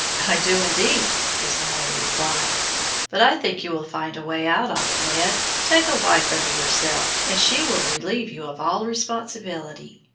i do indeed, was the hearty reply but i think you will find a way out of it, ned. take a wife unto yourself, and she will relieve you of all responsibility.